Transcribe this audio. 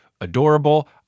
Adorable